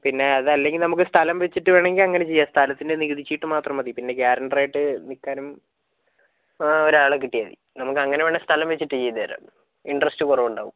പിന്നെ അത് അല്ലെങ്കിൽ നമുക്ക് സ്ഥലം വെച്ചിട്ട് വേണമെങ്കിൽ അങ്ങനെ ചെയ്യാം സ്ഥലത്തിൻ്റെ നികുതി ചീട്ട് മാത്രം മതി പിന്നെ ഗ്യാരണ്ടർ ആയിട്ട് നിൽക്കാനും ഒരാളെ കിട്ടിയാൽ മതി നമുക്ക് അങ്ങനെ വേണേൽ സ്ഥലം വെച്ചിട്ട് ചെയ്തത് തരാം ഇൻട്രസ്റ്റ് കുറവ് ഉണ്ടാവും